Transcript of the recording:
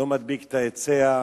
לא מדביק את ההיצע.